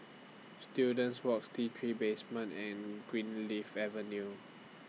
Students Walks T three Basement and Greenleaf Avenue